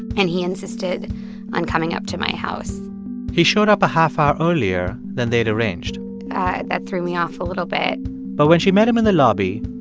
and he insisted on coming up to my house he showed up a half hour earlier than they had arranged that threw me off a little bit but when she met him in the lobby,